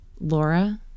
Laura